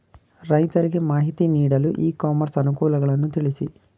ರೈತರಿಗೆ ಮಾಹಿತಿ ನೀಡಲು ಇ ಕಾಮರ್ಸ್ ಅನುಕೂಲಗಳನ್ನು ತಿಳಿಸಿ?